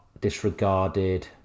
disregarded